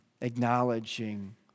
acknowledging